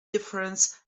difference